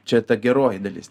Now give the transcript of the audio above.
čia ta geroji dalis